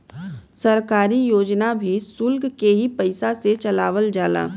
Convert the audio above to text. सरकारी योजना भी सुल्क के ही पइसा से चलावल जाला